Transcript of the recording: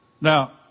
Now